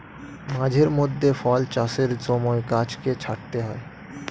মাঝে মধ্যে ফল চাষের সময় গাছকে ছাঁটতে হয়